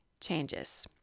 changes